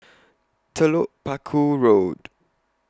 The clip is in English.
Telok Paku Road